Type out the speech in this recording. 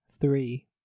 Three